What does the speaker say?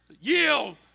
yield